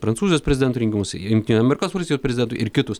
prancūzijos prezidento rinkimus jungtinių amerikos valstijų prezidento ir kitus